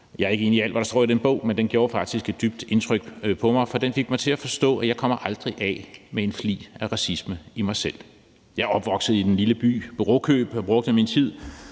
Jeg er ikke enig i alt, hvad der står i den bog, men den gjorde faktisk et dybt indtryk på mig, for den fik mig til at forstå, at jeg aldrig kommer af med en flig af racisme i mig selv. Jeg er opvokset i den lille by Brokøb, og der brugte jeg min